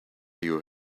your